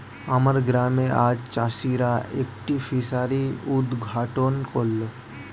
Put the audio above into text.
আমার গ্রামে আজ চাষিরা একটি ফিসারি উদ্ঘাটন করল